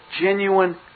genuine